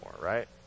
right